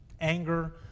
anger